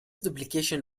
duplication